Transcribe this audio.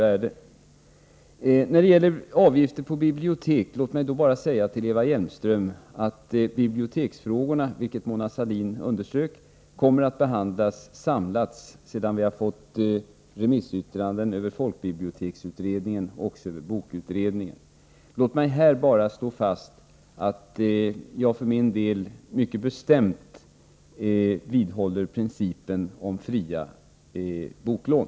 Låt mig när det gäller avgifter på bibliotek bara säga till Eva Hjelmström att biblioteksfrågorna, som Mona Sahlin underströk, kommer att behandlas samlat sedan vi har fått remissyttrandena över folkbiblioteksutredningen och även över bokutredningen. Låt mig här bara slå fast att jag för min del mycket bestämt vidhåller principen om fria boklån.